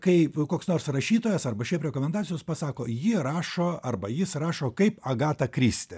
kaip koks nors rašytojas arba šiaip rekomendacijos pasako jie rašo arba jis rašo kaip agata kristi